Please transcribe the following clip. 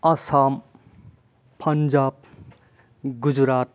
Assam Punjab Gujarat